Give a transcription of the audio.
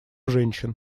женщин